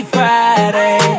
Friday